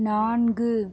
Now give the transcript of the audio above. நான்கு